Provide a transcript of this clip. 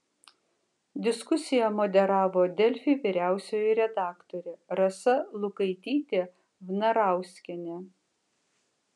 diskusiją moderavo delfi vyriausioji redaktorė rasa lukaitytė vnarauskienė